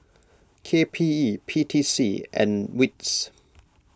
K P E P T C and Wits